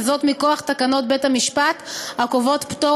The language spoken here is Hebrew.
וזאת מכוח תקנות בתי-המשפט הקובעות פטור